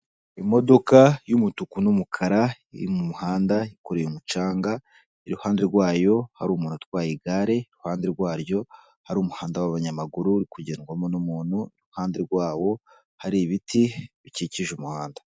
Imodoka y'umutuku n'umukara, iri muhanda yikoreye umucanga iruhande rwayo hari umuntu utwaye igare, iruhande rwaryo hari umuhanda w'abanyamaguru uri kugendwamo n'umuntu, iruhande rwawo hari ibiti bikikije umuhanda.